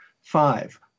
Five